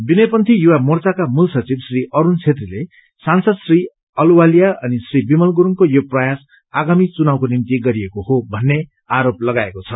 विनय पन्थी युवा मोर्चाका मूल सचिव श्री अरूण छेत्रीले सांसद श्री अहलुवालिया अनि श्री विमल गुरुङको यो प्रयास आगामी चुनावको निम्ति गरिएको हो भन्ने आरोप लगाएको छ